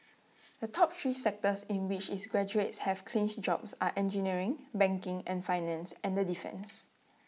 the top three sectors in which its graduates have clinched jobs are engineering banking and finance and defence